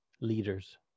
leaders